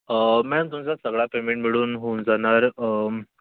ma'am तुमचा सगळा payment मिळून होऊन जाणार